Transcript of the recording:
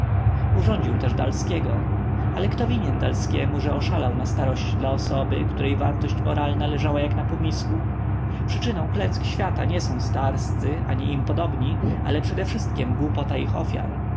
urządził też dalskiego ale kto winien dalskiemu że oszalał na starość dla osoby której wartość moralna leżała jak na półmisku przyczyną klęsk świata nie są starscy ani im podobni ale przedewszystkiem głupota ich ofiar